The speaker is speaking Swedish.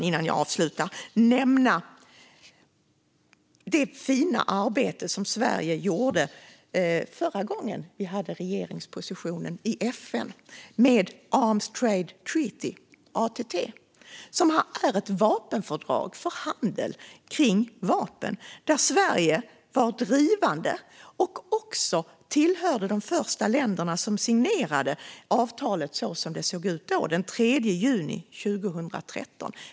Låt mig slutligen nämna det fina arbete som Sverige gjorde förra gången vi hade regeringspositionen i FN. Sverige var drivande för Arms Trade Treaty, ATT, ett fördrag för handel med vapen. Sverige tillhörde också de första länder som signerade avtalet som det såg ut då, den 3 juni 2013.